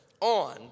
on